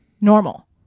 normal